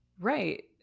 Right